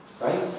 right